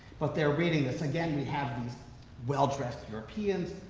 but they're reading this. again, we have these well-dressed europeans.